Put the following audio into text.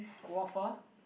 waffle